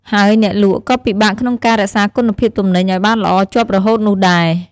ហើយអ្នកលក់ក៏ពិបាកក្នុងការរក្សាគុណភាពទំនិញឲ្យបានល្អជាប់រហូតនោះដែរ។